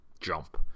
jump